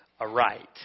aright